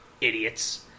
Idiots